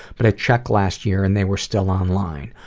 but i checked last year and they were still online.